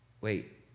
wait